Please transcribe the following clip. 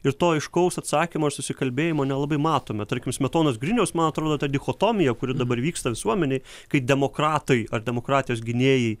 ir to aiškaus atsakymo ir susikalbėjimo nelabai matome tarkim smetonos griniaus man atrodo ta dichotomija kuri dabar vyksta visuomenėj kai demokratai ar demokratijos gynėjai